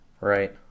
Right